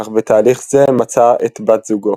– אך בתהליך זה מצא את בת זוגו.